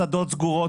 מסעדות סגורות,